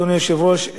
אדוני היושב-ראש,